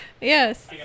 Yes